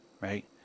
right